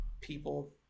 people